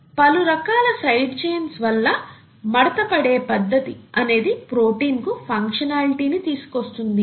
పలు రకాల side chains వల్ల మడత పడే పద్దతి అనేది ప్రోటీన్ కు ఫంక్షనాలిటీ ని తీసుకొస్తుంది